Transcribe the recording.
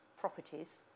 properties